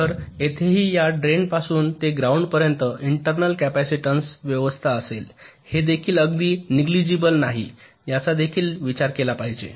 तर इथेही या ड्रेन पासून ते ग्राउंड पर्यंत इंटर्नल कॅपॅसिटन्स व्यवस्था असेल हे देखील अगदी निग्लिजिबल नाही याचादेखील विचार केला पाहिजे